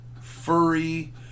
furry